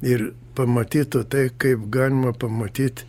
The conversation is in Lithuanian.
ir pamatytų tai kaip galima pamatyt